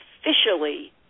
officially